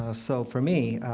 ah so for me,